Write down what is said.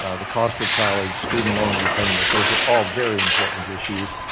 ah the cost of college, student loan repayment. those are all very important issues,